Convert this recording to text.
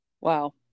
Wow